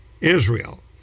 Israel